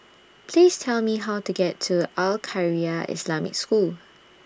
Please Tell Me How to get to Al Khairiah Islamic School